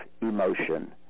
emotion